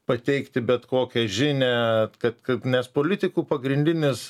pateikti bet kokią žinią kad kad nes politikų pagrindinis